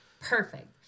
perfect